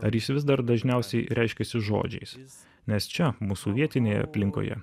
ar jis vis dar dažniausiai reiškiasi žodžiais nes čia mūsų vietinėje aplinkoje